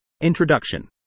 Introduction